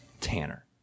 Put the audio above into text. Tanner